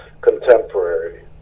contemporary